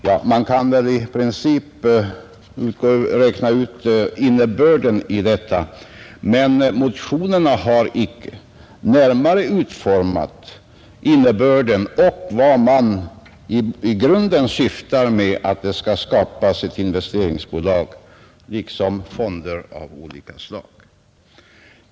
Ja, man kan väl i princip räkna ut innebörden i detta förslag, men motionärerna har inte närmare utformat innebörden och vad man i grunden syftar till med att det skall skapas ett utvecklingsbolag liksom fonder av olika slag.